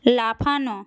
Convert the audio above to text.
লাফানো